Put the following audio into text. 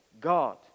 God